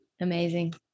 Amazing